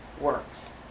works